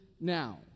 now